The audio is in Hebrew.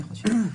אני חושבת.